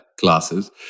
classes